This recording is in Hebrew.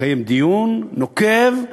ולקיים דיון נוקב,